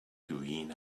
green